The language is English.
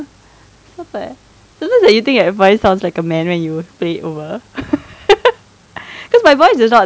I was like don't you think my voice sounds like a man when you play it over cause my voice is not